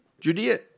Judea